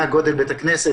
מה גודל בית הכנסת,